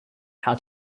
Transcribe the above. how